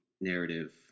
narrative